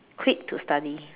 quit to study